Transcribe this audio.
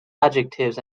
adjectives